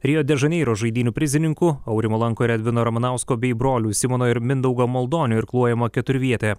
rio de žaneiro žaidynių prizininkų aurimo lanko ir edvino ramanausko bei brolių simono ir mindaugo maldonių irkluojama keturvietė